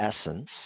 essence